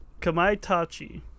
kamaitachi